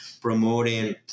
promoting